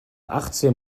achtzehn